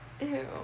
Ew